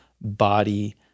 body